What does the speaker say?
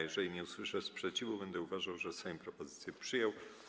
Jeżeli nie usłyszę sprzeciwu, będę uważał, że Sejm propozycję przyjął.